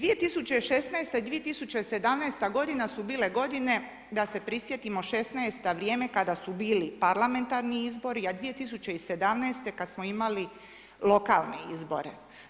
2016. i 2017. g. su bile godine, da se prisjetimo '16. vrijeme kada su bili parlamentarni izbori a 2017. kada smo imali lokalne izbore.